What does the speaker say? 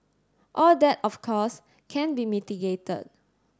all that of course can be mitigated